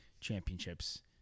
championships